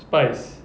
spice